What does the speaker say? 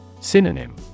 Synonym